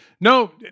No